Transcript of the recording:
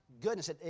goodness